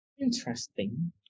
Interesting